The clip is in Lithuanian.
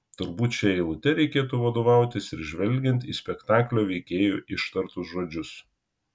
turbūt šia eilute reikėtų vadovautis ir žvelgiant į spektaklio veikėjų ištartus žodžius